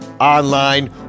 online